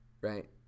right